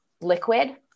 liquid